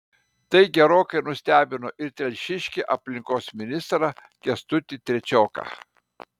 tai gerokai nustebino ir telšiškį aplinkos ministrą kęstutį trečioką